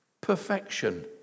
perfection